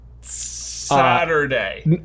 Saturday